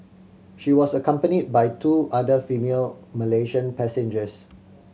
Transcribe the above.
she was accompanied by two other female Malaysian passengers